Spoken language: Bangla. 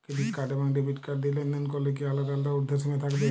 ক্রেডিট কার্ড এবং ডেবিট কার্ড দিয়ে লেনদেন করলে কি আলাদা আলাদা ঊর্ধ্বসীমা থাকবে?